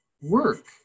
work